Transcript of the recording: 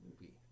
movie